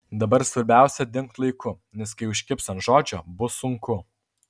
dabar svarbiausia dingt laiku nes kai užkibs ant žodžio bus sunku